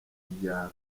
byaro